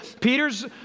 Peter's